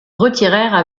retirèrent